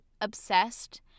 obsessed